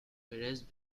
whereas